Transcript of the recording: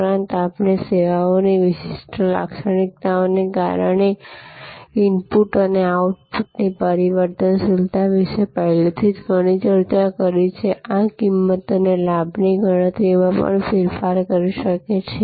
ઉપરાંત આપણે સેવાઓની વિશિષ્ટ લાક્ષણિકતાઓને કારણે ઇનપુટ્સ અને આઉટપુટની પરિવર્તનશીલતા વિશે પહેલેથી જ ઘણી ચર્ચા કરી છે અને આ કિંમત અને લાભની ગણતરીમાં પણ ફેરફાર કરી શકે છે